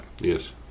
yes